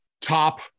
top